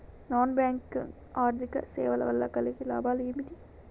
Non bank ఆర్థిక సేవల వల్ల కలిగే లాభాలు ఏమిటి?